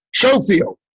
Showfield